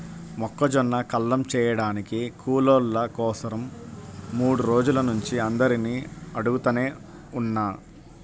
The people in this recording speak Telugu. మొక్కజొన్న కల్లం చేయడానికి కూలోళ్ళ కోసరం మూడు రోజుల నుంచి అందరినీ అడుగుతనే ఉన్నా